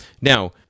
Now